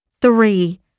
three